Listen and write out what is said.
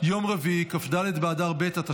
(איסור הפעלת השפעה בלתי הוגנת במצב חירום),